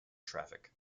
traffic